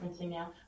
now